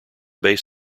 bass